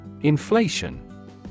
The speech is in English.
Inflation